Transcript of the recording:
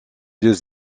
deux